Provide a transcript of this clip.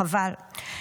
חבל.